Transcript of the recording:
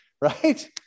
Right